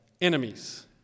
enemies